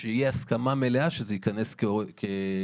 שתהיה הסכמה מלאה שזה ייכנס קבוע,